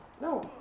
No